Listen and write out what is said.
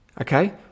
Okay